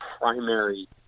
primary